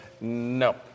no